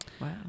Wow